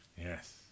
Yes